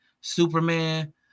superman